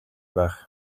байх